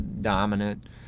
dominant